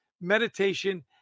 meditation